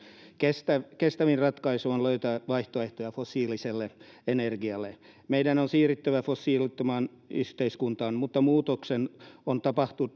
kestävin kestävin ratkaisu on löytää vaihtoehtoja fossiiliselle energialle meidän on siirryttävä fossiilittomaan yhteiskuntaan mutta muutoksen on